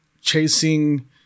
Chasing